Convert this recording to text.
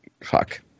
Fuck